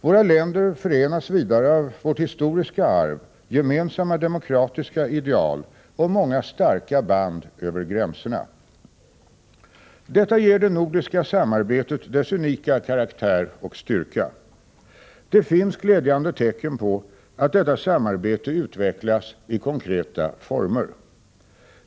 Våra länder förenas vidare av vårt historiska arv, gemensamma demokratiska ideal och många starka band över gränserna. Detta ger det nordiska samarbetet dess unika karaktär och styrka. Det finns glädjande tecken på att detta samarbete utvecklas i konkreta former.